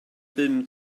bum